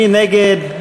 מי נגד?